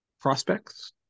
prospects